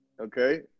Okay